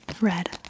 red